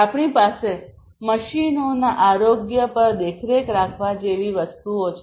આપણી પાસે મશીનોના આરોગ્ય પર દેખરેખ રાખવા જેવી વસ્તુઓ છે